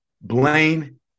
Blaine